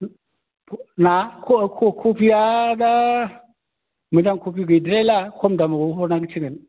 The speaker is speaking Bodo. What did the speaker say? मा कबिआ दा मोजां कबि गैद्रायला खम दामावनो हरनांसिगोन